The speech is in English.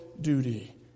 duty